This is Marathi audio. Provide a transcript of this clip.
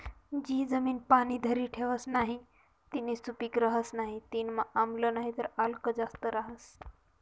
जी जमीन पाणी धरी ठेवस नही तीनी सुपीक रहस नाही तीनामा आम्ल नाहीतर आल्क जास्त रहास